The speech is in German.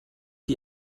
die